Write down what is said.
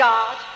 God